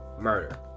murder